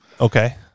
okay